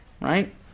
Right